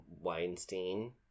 Weinstein